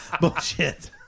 bullshit